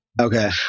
Okay